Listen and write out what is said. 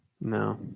No